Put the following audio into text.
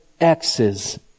X's